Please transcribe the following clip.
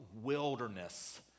wilderness